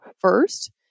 first